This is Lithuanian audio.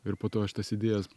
ir po to aš tas idėjas